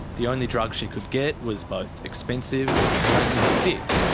the only drug she could get was both expensive and making her sick.